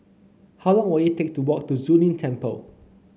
how long will it take to walk to Zu Lin Temple